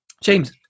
James